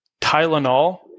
Tylenol